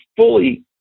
fully